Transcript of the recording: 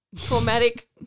traumatic